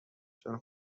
چون